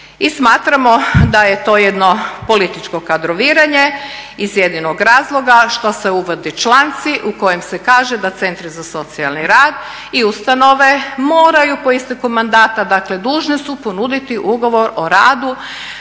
I smatramo da je to jedno političko kadroviranje iz jedinog razloga što se uvode članci u kojim se kaže da Centri za socijalni rad i ustanove moraju po isteku mandata, dakle dužne su ponuditi ugovor o radu